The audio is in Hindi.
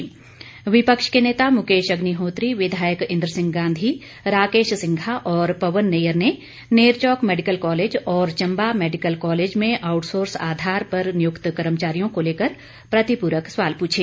इस संबंध में विपक्ष के नेता मुकेश अग्निहोत्री इंद्र सिंह गांधी राकेश सिंघा और पवन नैय्यर के नेरचौक मेडिकल कॉलेज और चंबा मेडिकल कालेज में आउटसोर्स आधार पर नियुक्त कर्मचारियों को लेकर प्रतिप्रक सवाल पूछे